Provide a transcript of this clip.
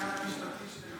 לא, קטונתי.